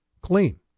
clean